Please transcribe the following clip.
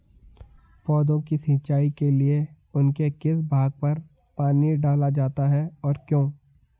पौधों की सिंचाई के लिए उनके किस भाग पर पानी डाला जाता है और क्यों?